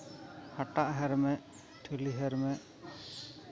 ᱦᱟᱴᱟᱜ ᱦᱮᱨᱢᱮᱫ ᱴᱷᱤᱞᱤ ᱦᱮᱨᱢᱮᱫ